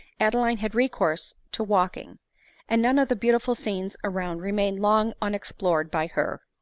adeline had recourse to walking and none of the beautiful scenes around remained long unexplored by her.